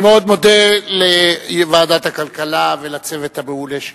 אני מאוד מודה לוועדת הכלכלה ולצוות המעולה שלה,